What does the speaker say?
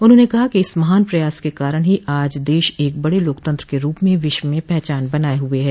उन्होंने कहा कि इस महान प्रयास के कारण ही आज देश एक बड़े लोकतंत्र के रूप में विश्व में पहचान बनाये हुए हैं